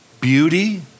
beauty